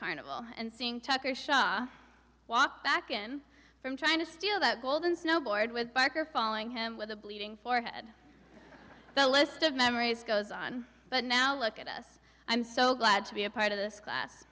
carnival and seeing tucker shah walk back in from trying to steal that golden snowboard with barker following him with a bleeding forehead the list of memories goes on but now look at us i'm so glad to be a part of this class